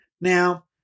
Now